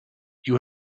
you